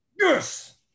Yes